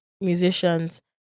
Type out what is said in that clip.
musicians